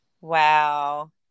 Wow